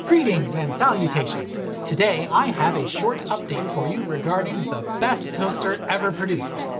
greetings and salutations! today i have a short update for you regarding the best toaster ever produced.